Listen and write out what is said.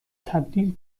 تبدیل